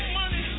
money